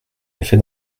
effet